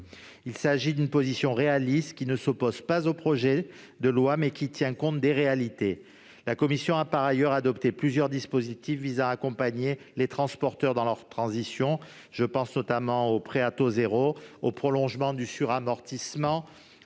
Il s'agit d'une position réaliste qui ne s'oppose pas à la logique initiale du projet de loi, mais qui tient compte des réalités. La commission a par ailleurs adopté plusieurs dispositifs visant à accompagner les transporteurs dans leur transition, par exemple le prêt à taux zéro ou le prolongement du suramortissement